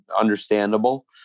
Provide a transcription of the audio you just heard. understandable